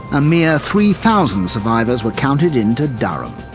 a mere three thousand survivors were counted into durham,